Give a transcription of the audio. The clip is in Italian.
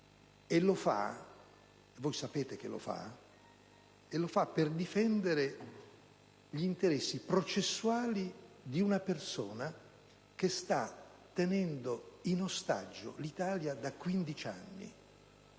e lo fa - sapete che è così - per difendere gli interessi processuali di una persona che sta tenendo in ostaggio l'Italia da 15 anni